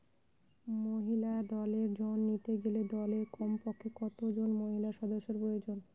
মহিলা দলের ঋণ নিতে গেলে দলে কমপক্ষে কত জন মহিলা সদস্য প্রয়োজন?